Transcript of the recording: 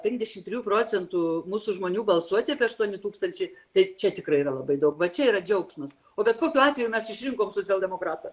penkiasdešimt trijų procentų mūsų žmonių balsuoti apie aštuoni tūkstančiai tai čia tikrai yra labai daug vat čia yra džiaugsmas o bet kokiu atveju mes išrinkom socialdemokratą